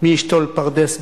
"מי ישתול פרדס ברחובות".